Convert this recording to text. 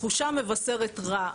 תחושה מבשרת רע.